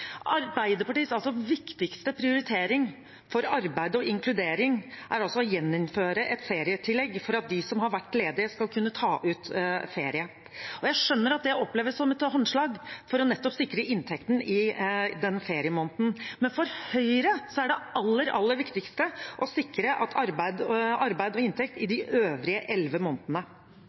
Arbeiderpartiets viktigste prioritering for arbeid og inkludering er altså å gjeninnføre et ferietillegg for at de som har vært ledige, skal kunne ta ut ferie. Jeg skjønner at det oppleves som et håndslag for nettopp å sikre inntekten i den feriemåneden, men for Høyre er det aller, aller viktigste å sikre arbeid og inntekt i de øvrige elleve månedene.